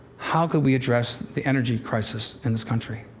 how could we address the energy crisis in this country?